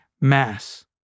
Mass